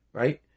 right